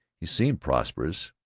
he seemed prosperous,